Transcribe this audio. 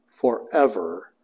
forever